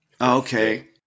Okay